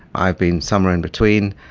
i've been somewhere in between,